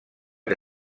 que